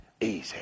easy